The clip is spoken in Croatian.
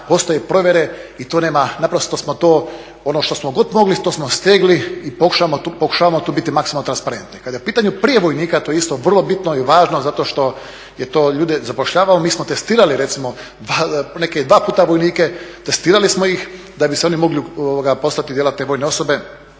postoje provjere i naprosto smo to, ono što smo god mogli to smo stegli i pokušavamo tu biti maksimalno transparentni. Kad je u pitanju prijem vojnika to je isto vrlo bitno i važno zato što je to ljude zapošljavalo, mi smo testirali recimo neke vojnike dva puta, testirali smo ih da bi oni mogli postati djelatne vojne osobe